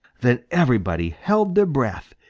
then everybody held their breath,